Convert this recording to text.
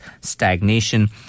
stagnation